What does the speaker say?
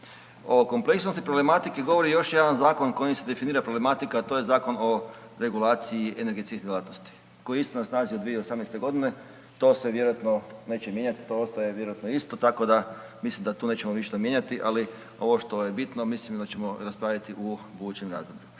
O kompleksnosti problematike govori još jedan zakon kojim se definira problematika, a to je Zakon o regulaciji energetskih djelatnosti koji je isto na snazi od 2018. godine. To se vjerojatno neće mijenjati, to ostaje vjerojatno isto, tako mislim da tu nećemo ništa mijenjati, ali ovo što je bitno mislim da ćemo raspraviti u budućem razdoblju.